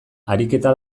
ariketa